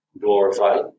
glorified